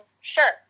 sure